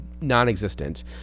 non-existent